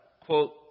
quote